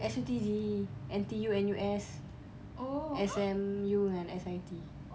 S_U_T_D N_T_U N_U_S S_M_U dengan S_I_T